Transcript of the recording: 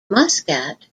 muscat